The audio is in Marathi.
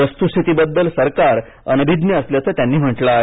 वस्तुस्थितीबद्दल सरकार अनभिज्ञ असल्याचं त्यांनी म्हटलं आहे